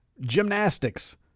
gymnastics